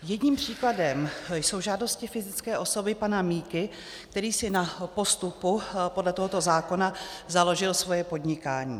Jedním příkladem jsou žádosti fyzické osoby pana Miky, který si na postupu podle tohoto zákona založil svoje podnikání.